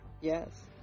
Yes